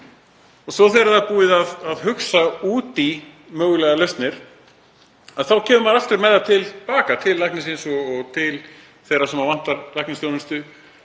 Og svo þegar búið er að hugsa út í mögulegar lausnir þá kemur maður aftur með það til baka til læknisins og til þeirra sem vantar læknisþjónustuna